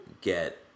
get